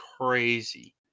crazy